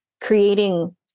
creating